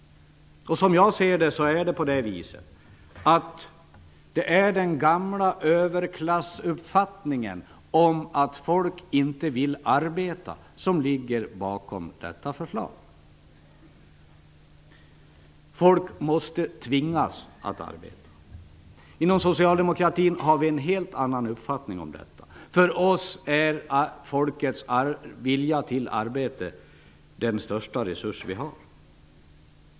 Som jag ser det är det den gamla överklassuppfattningen att folk inte vill arbeta som ligger bakom detta förslag. Folk måste tvingas att arbeta. Inom socialdemokratin har vi en helt annan uppfattning. För oss är folkets vilja till arbete den största resurs vi har.